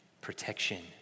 protection